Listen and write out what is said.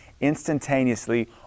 instantaneously